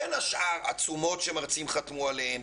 בין השאר על עצומות שמרצים חתמו עליהן,